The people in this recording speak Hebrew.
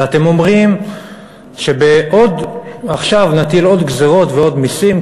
ואתם אומרים שעכשיו נטיל עוד גזירות ועוד מסים,